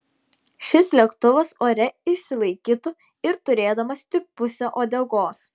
šis lėktuvas ore išsilaikytų ir turėdamas tik pusę uodegos